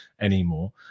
anymore